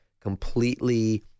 completely